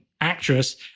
actress